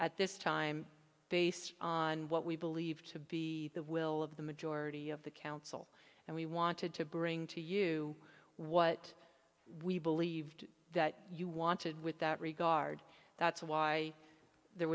at this time based on what we believe to be the will of the majority of the council and we wanted to bring to you what we believed that you wanted with that regard that's why there